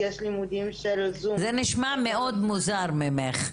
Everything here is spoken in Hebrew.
יש לימודים של זום- -- זה נשמע מאוד מוזר ממך,